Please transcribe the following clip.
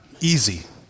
easy